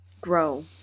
grow